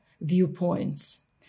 viewpoints